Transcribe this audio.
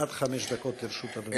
עד חמש דקות לרשות אדוני.